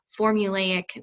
formulaic